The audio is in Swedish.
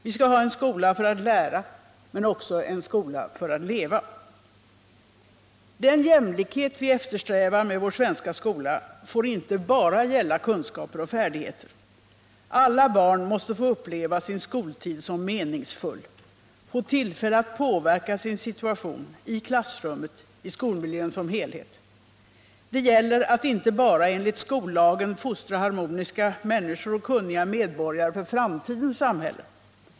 Vi skall ha en skola för att lära men också en skola för att leva. Den jämlikhet vi eftersträvar med vår svenska skola får inte bara gälla kunskaper och färdigheter. Alla barn måste få uppleva sin skoltid som meningsfull, få tillfälle att påverka sin situation, i klassrummet och i skolmiljön som helhet. Det gäller att inte bara enligt skollagen fostra harmoniska människor och kunniga medborgare för framtidens samhälle.